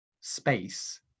space